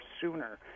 sooner